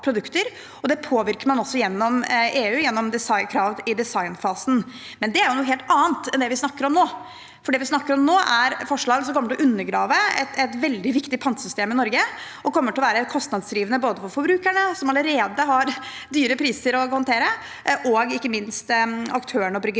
Det påvirker man også gjennom EU, gjennom designkrav i designfasen. Det er likevel noe helt annet enn det vi snakker om nå, for det vi snakker om nå, er forslag som kommer til å undergrave et veldig viktig pantesystem i Norge, og som kommer til å være kostnadsdrivende både for forbrukerne, som allerede har høye priser å håndtere, og – ikke minst – for aktørene og bryggeriene.